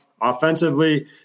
offensively